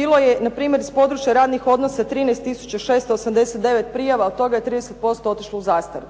bilo je na primjer s područja radnih odnosa 13 tisuća 689 prijava, od toga je 30% otišlo u zastaru.